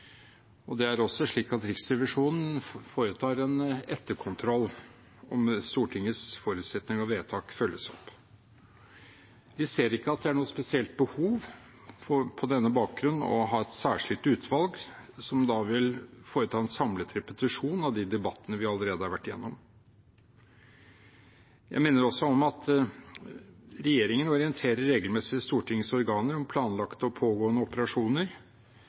Det er også slik at Riksrevisjonen foretar en etterkontroll av om Stortingets forutsetning og vedtak følges opp. Vi ser på denne bakgrunn ikke at det er noe spesielt behov for å ha et særskilt utvalg som da vil foreta en samlet repetisjon av de debattene vi allerede har vært igjennom. Jeg minner også om at regjeringen regelmessig orienterer Stortingets organer om planlagte og pågående operasjoner,